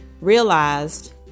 realized